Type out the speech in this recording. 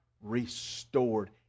restored